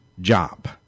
Job